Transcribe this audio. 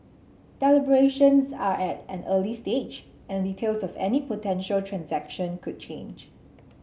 deliberations are at an early stage and details of any potential transaction could change